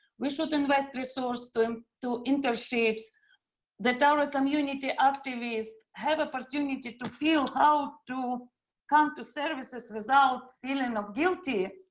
we should invest resources to to internships that our community activists have an opportunity to to feel how to come to service without feeling ah guilty,